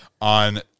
on